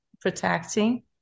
protecting